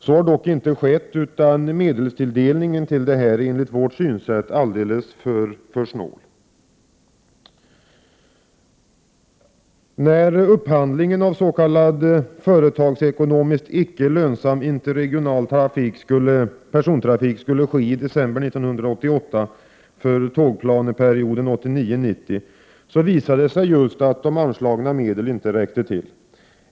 Så har dock inte skett, utan medelstilldelningen till detta är enligt vårt synsätt alldeles för snål. persontrafik skulle ske i december 1988 för tågplaneperioden 1989/90, visade det sig just att de anslagna medlen inte räckte till.